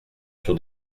sur